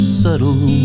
subtle